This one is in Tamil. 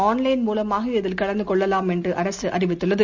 ஆன்லைள் மூலமாக இதில் கலந்துகொள்ளலாம் என்றுஅரசுஅறிவித்துள்ளது